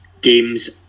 games